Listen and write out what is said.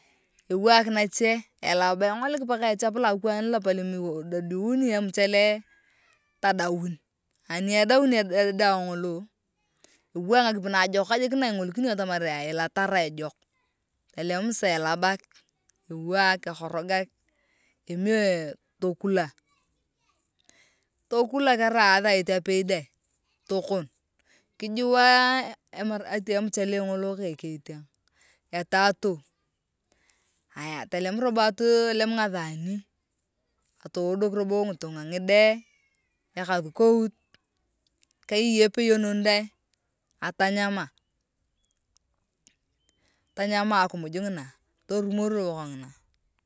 Ewaak nache elaba engolik paka echap lucheo loakwaan lokalon idoduuni emchele tadaun ani edaun edawa ngolo ewaak ngakipi naajokak jik na ingolikini iyong atamar ilatara ejok tolem sasa elabak ewaak ekoragak emiek tokula tokula karai athat apei daang tokon kijiwa emchele ngolo ke eketeng etatoou aaya atolem robo ngitunga ngide ekaskout keyeyi epeyonon daang atanyama atanyama akimuj ngina torumor robo kongina.